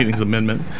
amendment